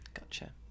Gotcha